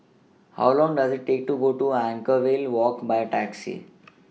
How Long Does IT Take to get to Anchorvale Walk By Taxi